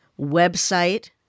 website